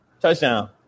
touchdown